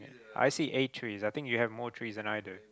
I see eight trees I think you have more trees than i do